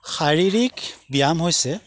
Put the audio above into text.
শাৰীৰিক ব্যায়াম হৈছে